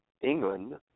England